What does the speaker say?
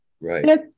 Right